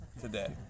today